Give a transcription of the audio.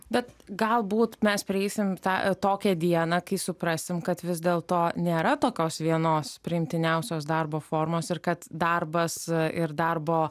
bet galbūt mes prieisim tą tokią dieną kai suprasim kad vis dėlto nėra tokios vienos priimtiniausios darbo formos ir kad darbas ir darbo